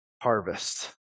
harvest